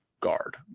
guard